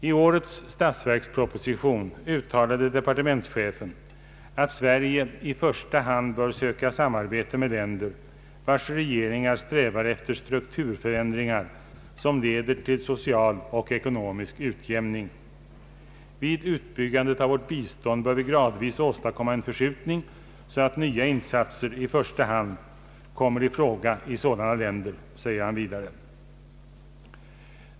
I årets statsverksproposition uttalade departementschefen att Sverige i första hand bör söka samarbete med länder vars regeringar strävar efter strukturförändringar som leder till social och ekonomisk utjämning. Vid utbyggandet av vårt bistånd bör vi gradvis åstadkomma en förskjutning så att nya insatser i första hand kommer i fråga i sådana länder, säger han vidare.